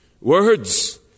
Words